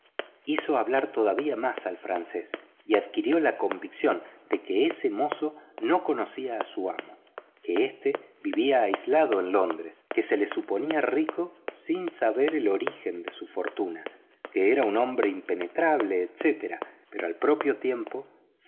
hizo hablar todavía más al francés y adquirió la convicción de que ese mozo no conocía a su amo que éste vivía aislado en londres que se le suponía rico sin saber el origen de su fortuna que era un hombre impenetrable etc pero al propio tiempo